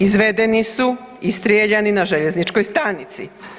Izvedeni su i strijeljani na željezničkoj stanici.